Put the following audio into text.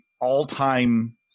all-time